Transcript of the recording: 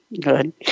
good